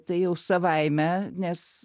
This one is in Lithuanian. tai jau savaime nes